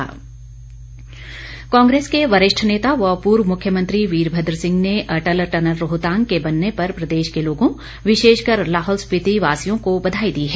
वीरभद्र सिंह कांग्रेस के वरिष्ठ नेता व पूर्व मुख्यमंत्री वीरभद्र सिंह ने अटल टनल रोहतांग के बनने पर प्रदेश के लोगों विशेषकर लाहौल स्पीति वासियों को बधाई दी है